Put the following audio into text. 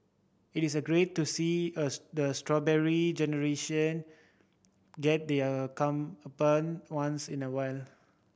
it is a great to see a the Strawberry Generation get their once in a while